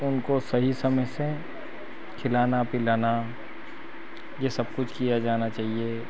उनको सही समय से खिलाना पिलाना ये सब कुछ किया जाना चहिए